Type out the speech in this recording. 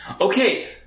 Okay